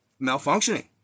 malfunctioning